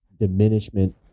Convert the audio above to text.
diminishment